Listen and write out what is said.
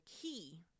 key